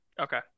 Okay